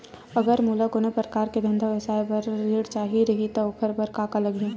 अगर मोला कोनो प्रकार के धंधा व्यवसाय पर ऋण चाही रहि त ओखर बर का का लगही?